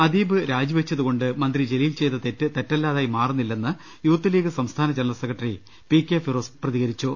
അദീബ് രാജിവെച്ചതുകൊണ്ട് മന്ത്രി ജലീൽ ചെയ്ത തെറ്റ് തെറ്റല്ലാതായി മാറുന്നില്ലെന്ന് യൂത്ത്ലീഗ് സംസ്ഥാന general secretary P K Firoz പ്രതികരിച്ചു